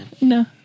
No